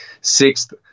sixth